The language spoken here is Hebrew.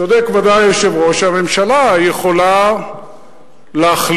צודק בוודאי היושב-ראש: הממשלה יכולה להחליט,